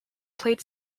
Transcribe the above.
played